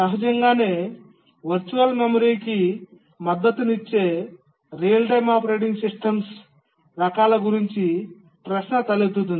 సహజంగానే వర్చువల్ మెమరీకి మద్దతిచ్చే రియల్ టైమ్ ఆపరేటింగ్ సిస్టమ్స్ రకాలు గురించి ప్రశ్న తలెత్తుతుంది